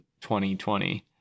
2020